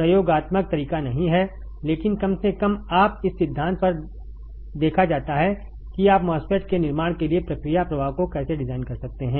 प्रयोगात्मक तरीका नहीं है लेकिन कम से कम आप इस सिद्धांत पर देखा जाता है कि आप MOSFET के निर्माण के लिए प्रक्रिया प्रवाह को कैसे डिजाइन कर सकते हैं